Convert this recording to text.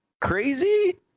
crazy